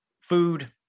food